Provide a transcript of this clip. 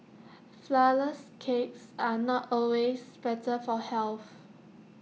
Flourless Cakes are not always better for health